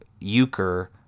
euchre